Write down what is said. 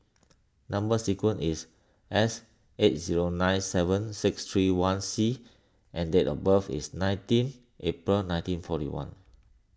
Number Sequence is S eight zero nine seven six three one C and date of birth is nineteen April nineteen forty one